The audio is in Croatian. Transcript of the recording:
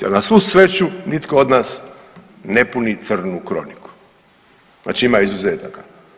Ali na svu sreću nitko od nas ne puni crnu kroniku, znači ima izuzetaka.